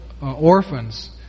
orphans